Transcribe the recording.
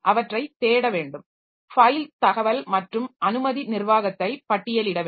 அவற்றைத் தேட வேண்டும் ஃபைல் தகவல் மற்றும் அனுமதி நிர்வாகத்தை பட்டியலிட வேண்டும்